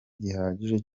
gihagije